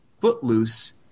Footloose